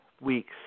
weeks